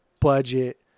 budget